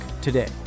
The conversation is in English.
today